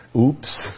Oops